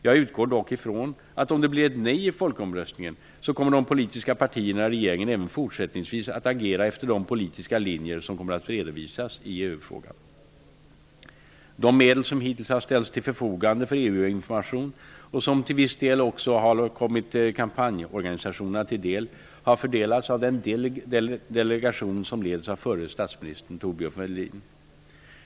Jag utgår dock ifrån att om det blir ett nej i folkomröstningen kommer de politiska partierna i regeringen även fortsättningsvis att agera efter de politiska linjer som de kommer att redovisa i EU-frågan. De medel som hittills har ställts till förfogande för EU-information och som till viss del också har kommit kampanjorganisationerna till del har fördelats av den delegation som leds av förre statsministern Thorbjörn Fälldin.